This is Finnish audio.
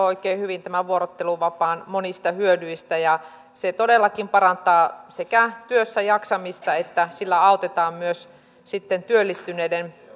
oikein hyvin vuorotteluvapaan monista hyödyistä se todellakin sekä parantaa työssäjaksamista että sillä autetaan työllistyneiden